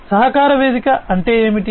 కాబట్టి సహకార వేదిక అంటే ఏమిటి